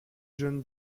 john